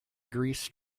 grease